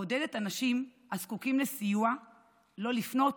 מעודדת אנשים הזקוקים לסיוע לא לפנות